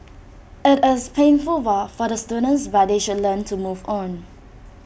IT is painful for the students but they should learn to move on